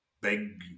big